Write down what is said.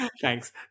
Thanks